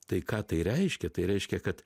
tai ką tai reiškia tai reiškia kad